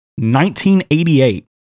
1988